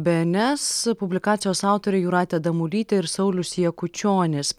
bns publikacijos autoriai jūratė damulytė ir saulius jakučionis